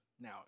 Now